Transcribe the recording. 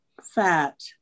fat